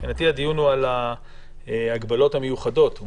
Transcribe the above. מבחינתי הדיון הוא על ההגבלות המיוחדות.